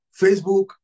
Facebook